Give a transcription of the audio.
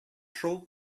шул